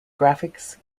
graphics